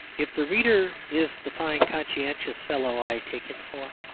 if the reader is the fine conscientious fellow i take him for,